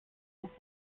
noch